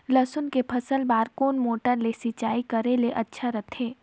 लसुन के फसल बार कोन मोटर ले सिंचाई करे ले अच्छा रथे?